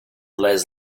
les